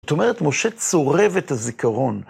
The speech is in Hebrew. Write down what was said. זאת אומרת, משה צורב את הזיכרון.